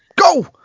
Go